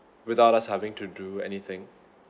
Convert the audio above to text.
without us having to do anything